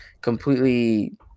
completely